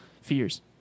fears